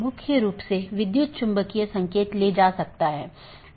एक विशेष उपकरण या राउटर है जिसको BGP स्पीकर कहा जाता है जिसको हम देखेंगे